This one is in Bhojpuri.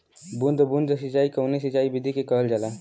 बूंद बूंद सिंचाई कवने सिंचाई विधि के कहल जाला?